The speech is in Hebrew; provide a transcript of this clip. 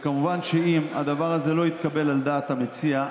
וכמובן שאם הדבר הזה לא יתקבל על דעת המציע,